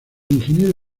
ingeniero